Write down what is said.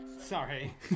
Sorry